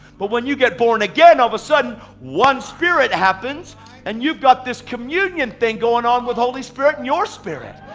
but when you get born again, all the sudden one spirit happens and you've got this communion thing going on with holy spirit and your spirit.